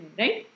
right